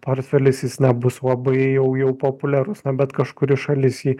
portfelis jis nebus labai jau jau populiarus bet kažkuri šalis jį